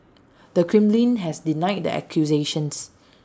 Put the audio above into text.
the Kremlin has denied the accusations